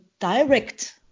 direct